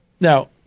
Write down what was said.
Now